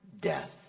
death